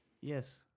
Yes